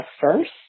first